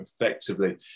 effectively